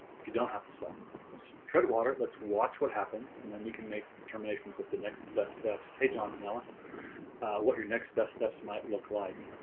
if you don't have to sell just tread water let's watch what happens and then we can make determinations of the next best steps hey, john, cannella what your next best steps might look like?